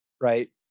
right